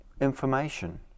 information